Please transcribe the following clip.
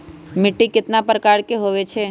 मिट्टी कतना प्रकार के होवैछे?